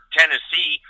Tennessee